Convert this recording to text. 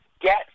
get